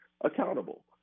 accountable